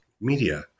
media